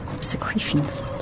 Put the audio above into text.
secretions